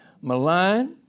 maligned